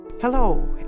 Hello